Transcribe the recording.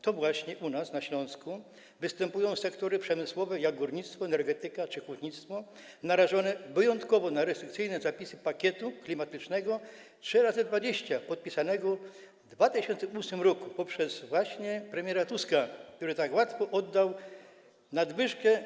To właśnie u nas, na Śląsku, występują sektory przemysłowe, jak górnictwo, energetyka czy hutnictwo, narażone wyjątkowo na restrykcyjne zapisy pakietu klimatycznego 3 razy 20 podpisanego w 2008 r. przez premiera Tuska, który tak łatwo oddał nadwyżkę.